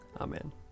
Amen